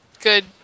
good